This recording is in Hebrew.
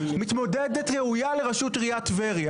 מתמודדת ראויה לראשות עיריית טבריה,